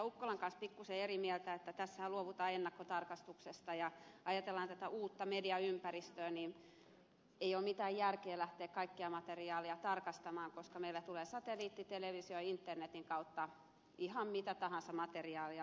ukkolan kanssa pikkuisen eri mieltä että tässähän luovutaan ennakkotarkastuksesta ja kun ajatellaan tätä uutta mediaympäristöä niin ei ole mitään järkeä lähteä kaikkea materiaalia tarkastamaan koska meille tulee satelliittitelevisio ja internetin kautta ihan mitä tahansa materiaalia lapsille